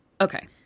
Okay